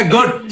Good